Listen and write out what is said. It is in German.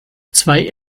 zwei